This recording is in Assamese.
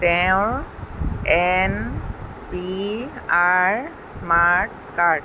তেওঁৰ N P R smart card